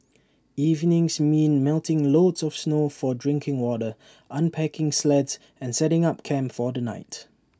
evenings mean melting loads of snow for drinking water unpacking sleds and setting up camp for the night